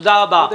תודה רבה.